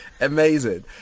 amazing